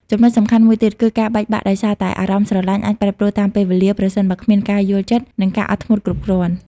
ចំណុចសំខាន់មួយទៀត គឺការបែកបាក់ដោយសារតែអារម្មណ៍ស្រលាញ់អាចប្រែប្រួលតាមពេលវេលាប្រសិនបើគ្មានការយល់ចិត្ត និងការអត់ធ្មត់គ្រប់គ្រាន់។